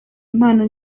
impano